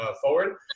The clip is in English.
forward